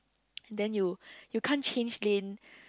and then you you can't change lane